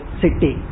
city